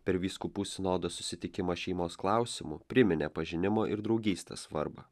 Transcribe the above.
per vyskupų sinodo susitikimą šeimos klausimu priminė pažinimo ir draugystės svarbą